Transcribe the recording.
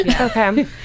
Okay